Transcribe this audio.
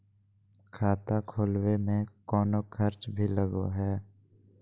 खाता खोलावे में कौनो खर्चा भी लगो है?